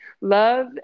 Love